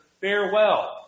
farewell